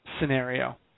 scenario